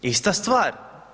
Ista stvar.